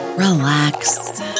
Relax